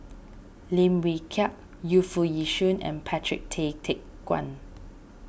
Lim Wee Kiak Yu Foo Yee Shoon and Patrick Tay Teck Guan